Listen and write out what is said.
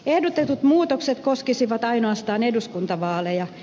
ehdotetut muutokset koskisivat ainoastaan eduskuntavaaleja